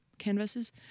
canvases